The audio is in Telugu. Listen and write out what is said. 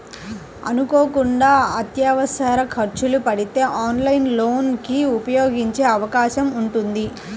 అనుకోకుండా అత్యవసర ఖర్చులు పడితే ఆన్లైన్ లోన్ ని ఉపయోగించే అవకాశం ఉంటుంది